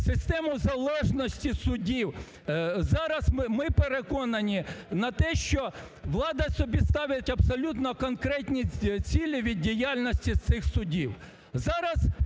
систему залежності судів, зараз ми… ми переконані на те, що влада собі ставить абсолютно конкретні цілі від діяльності цих судів.